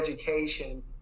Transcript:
education